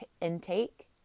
intake